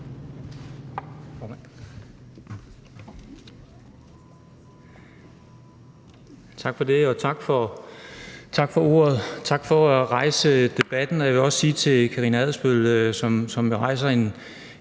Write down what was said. Tak for ordet, og tak for at rejse debatten. Jeg vil også sige til fru Karina Adsbøl, som jo rejste en